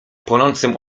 płonącym